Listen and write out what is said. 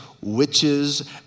witches